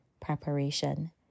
preparation